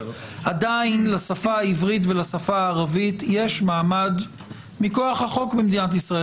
עדין לשפה העברית ולשפה הערבית יש מעמד מכוח החוק במדינת ישראל,